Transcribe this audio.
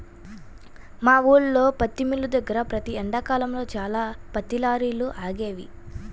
మా ఊల్లో పత్తి మిల్లు దగ్గర ప్రతి ఎండాకాలంలో చాలా పత్తి లారీలు వచ్చి ఆగేవి